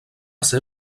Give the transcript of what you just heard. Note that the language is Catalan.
ser